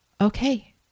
okay